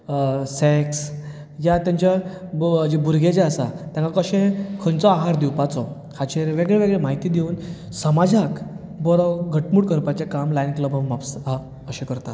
sex वा तेंच्या भुरगे जे आसा तेंकां कशें खंयचो आहार दिवपाचो हाचेर वेगळे वेगळे माहिती दिवन समाजाक बरो घटमूट करपाचें काम लायन्स क्लब ऑफ म्हापसा अशें करता